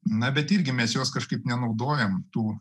na bet irgi mes jos kažkaip nenaudojam tų